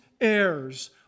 heirs